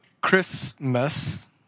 Christmas